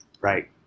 Right